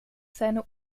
seiner